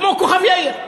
כמו כוכב-יאיר.